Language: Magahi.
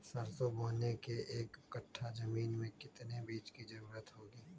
सरसो बोने के एक कट्ठा जमीन में कितने बीज की जरूरत होंगी?